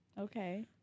Okay